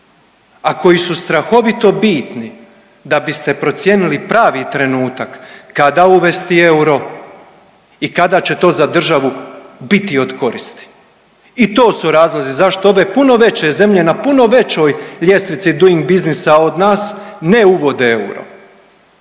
a koji su strahovito bitni da biste procijenili pravi trenutak kada uvesti euro i kada će to za državu biti od koristi. I to su razlozi zašto ove puno veće zemlje na puno većoj ljestvici doing businessa od nas ne uvode euro.